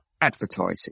advertising